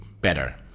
better